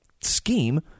scheme